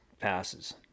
passes